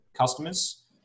customers